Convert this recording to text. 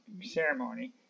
ceremony